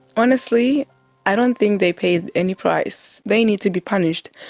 honestly i don't think they paid any price, they need to be punished,